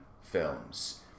films